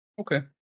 Okay